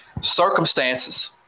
Circumstances